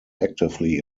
actively